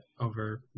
over